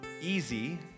easy